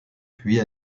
puis